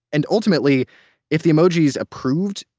and ultimately if the emojis approved,